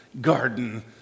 garden